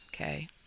okay